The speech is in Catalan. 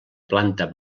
planta